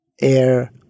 air